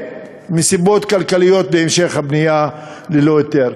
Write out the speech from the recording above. מסיבות כלכליות בהמשך הבנייה ללא היתר,